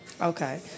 Okay